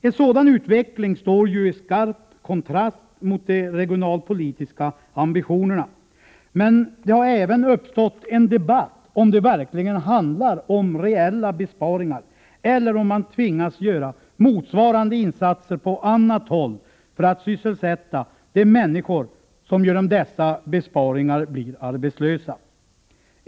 En sådan utveckling står i skarp kontrast mot de regionalpolitiska ambitionerna, men det har även uppstått en debatt om huruvida det verkligen handlar om reella besparingar eller om man tvingas göra motsvarande insatser på annat håll för att sysselsätta de människor som genom dessa besparingar blir arbetslösa.